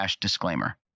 disclaimer